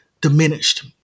diminished